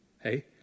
Hey